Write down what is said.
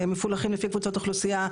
מפולחים לפי קבוצות אוכלוסייה,